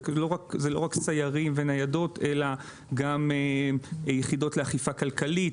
זה לא רק סיירים וניידות אלא גם יחידות לאכיפה כלכלית,